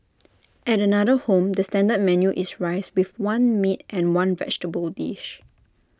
at another home the standard menu is rice with one meat and one vegetable dish